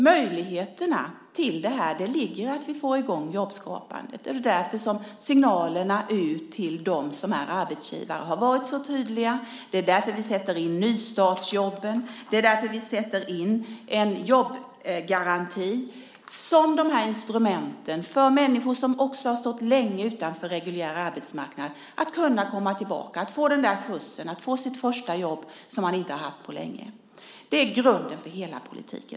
Möjligheterna till det här ligger i att vi får i gång jobbskapandet. Det är därför som signalerna ut till dem som är arbetsgivare har varit så tydliga. Det är därför vi sätter in nystartsjobben. Det är därför vi sätter in en jobbgaranti som instrument för människor som har stått länge utanför reguljär arbetsmarknad att också kunna komma tillbaka, att få den där skjutsen, att få ett första jobb som man inte har haft på länge. Det är grunden för hela politiken.